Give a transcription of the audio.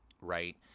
right